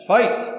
Fight